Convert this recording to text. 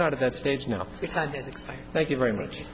not at that stage now thank you very much